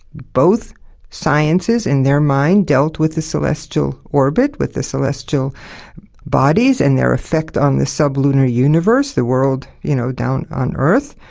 both sciences, in their mind, dealt with the celestial orbit, with the celestial bodies and their effect on the sub-lunar universe, the world, you know, down on earth,